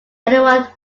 anyone